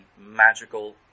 magical